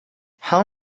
how